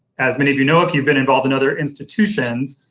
as many of you know if you've been involved in other institutions,